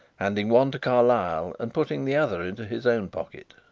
handing one to carlyle and putting the other into his own pocket.